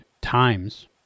times